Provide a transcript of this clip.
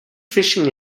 fishing